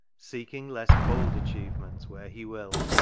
seeking less bold achievement, where he will!